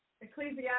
ecclesiastes